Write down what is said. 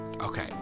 okay